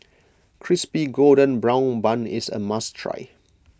Crispy Golden Brown Bun is a must try